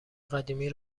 قدیمی